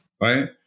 Right